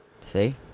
See